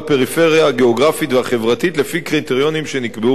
הגיאוגרפית והחברתית לפי קריטריונים שנקבעו במשרד.